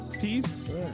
Peace